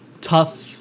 tough